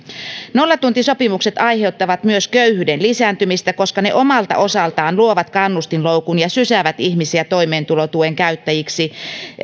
nollatuntisopimukset aiheuttavat myös köyhyyden lisääntymistä koska ne omalta osaltaan luovat kannustinloukun ja sysäävät ihmisiä toimeentulotuen käyttäjiksi